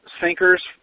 sinkers